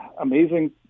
amazing